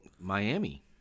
Miami